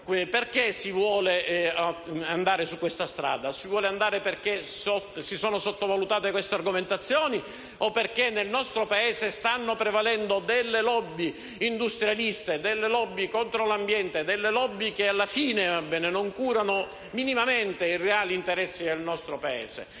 se si voglia andare su questa strada perché si sono sottovalutate queste argomentazioni o perché nel nostro Paese stanno prevalendo delle *lobby* industrialiste, delle *lobby* contro l'ambiente, delle *lobby* che alla fine non curano minimamente i reali interessi del nostro Paese.